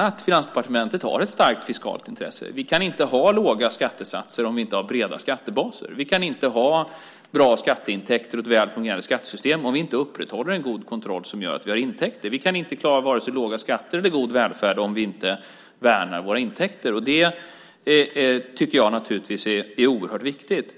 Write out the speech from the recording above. att Finansdepartementet har ett starkt fiskalt intresse. Vi kan inte ha låga skattesatser om vi inte har breda skattebaser. Vi kan inte ha bra skatteintäkter och ett väl fungerande skattesystem om vi inte upprätthåller en god kontroll som ger oss intäkter. Vi kan inte klara vare sig låga skatter eller god välfärd om vi inte värnar våra intäkter. Det tycker jag naturligtvis är oerhört viktigt.